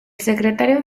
secretario